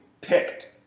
picked